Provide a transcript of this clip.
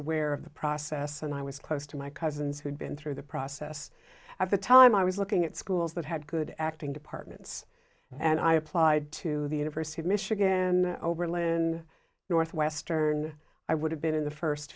aware of the process and i was close to my cousins who'd been through the process at the time i was looking at schools that had good acting departments and i applied to the university of michigan and oberlin northwestern i would have been the first